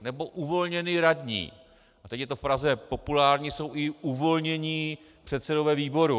Nebo uvolněný radní teď je to v Praze populární, jsou i uvolnění předsedové výborů.